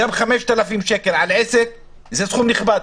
גם 5,000 שקל על עסק זה סכום נכבד.